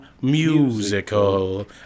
musical